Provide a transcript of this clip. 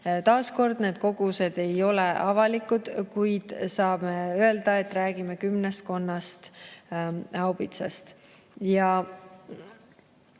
Taas kord: need kogused ei ole avalikud, kuid ma saan öelda, et me räägime kümmekonnast haubitsast. Ja